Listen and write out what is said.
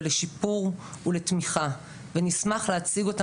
שיפור ותמיכה ונשמח להציגן.